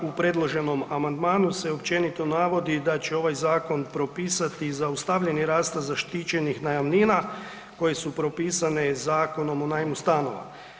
U predloženom amandmanu se općenito navodi da će ovaj zakon propisati zaustavljanje rasta zaštićenih najamnina koje su propisane Zakonom o najmu stanova.